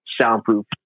soundproof